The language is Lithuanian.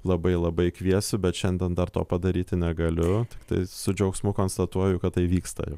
labai labai kviesiu bet šiandien dar to padaryti negaliu tai su džiaugsmu konstatuoju kad tai vyksta